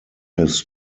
his